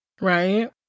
right